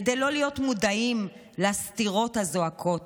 כדי לא להיות מודעים לסתירות הזועקות